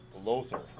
Lothar